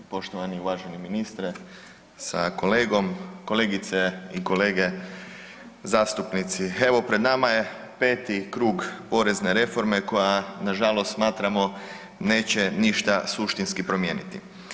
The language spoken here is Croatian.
Poštovani uvaženi ministre sa kolegom, kolegice i kolege zastupnici, evo pred nama je peti krug porezne reforme koja nažalost smatramo neće ništa suštinski promijeniti.